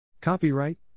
Copyright